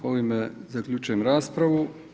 Ovime zaključujem raspravu.